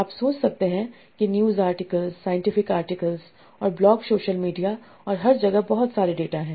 आप सोच सकते हैं कि न्यूज़ आर्टिकल्स साइंटिफिक आर्टिकल्स और ब्लॉग सोशल मीडिया और हर जगह बहुत सारे डेटा हैं